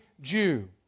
Jew